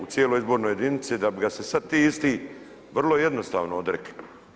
U cijeloj izbornoj jedinici, da bi ga se sad ti isti vrlo jednostavno odrekli.